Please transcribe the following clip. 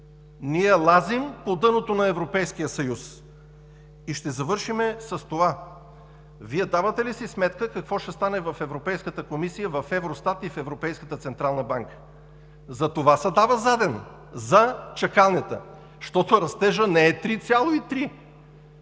Ние лазим по дъното на Европейския съюз. Ще завършим с това: Вие давате ли си сметка какво ще стане в Европейската комисия, в Евростат и в Европейската централна банка? Затова се дава заден за чакалнята, защото растежът не е 3,3%,